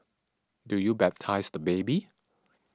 do you baptise the baby